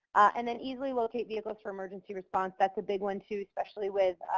and then easily locate vehicles for emergency response. that's a big one too, especially with,